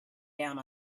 down